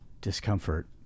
discomfort